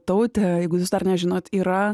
taute jeigu jūs dar nežinot yra